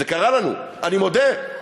זה קרה לנו, אני מודה, הנה,